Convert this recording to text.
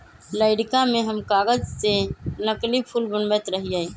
लइरका में हम कागज से नकली फूल बनबैत रहियइ